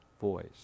voice